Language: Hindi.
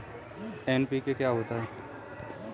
एन.पी.के क्या होता है?